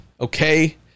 okay